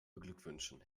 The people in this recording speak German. beglückwünschen